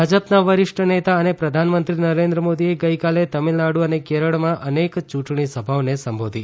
ભાજપના વરિષ્ઠ નેતા અને પ્રધાનમંત્રી નરેન્દ્ર મોદીએ ગઈકાલે તમિલનાડુ અને કેરળમાં અનેક ચ્રંટણી સભાઓને સંબોધી